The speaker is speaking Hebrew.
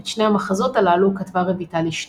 את שני המחזות הללו כתבה רויטל אשתו.